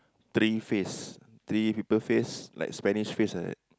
three face three people face like Spanish face like that